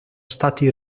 stati